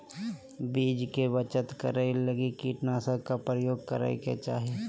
बीज के बचत करै लगी कीटनाशक के प्रयोग करै के चाही